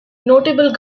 notable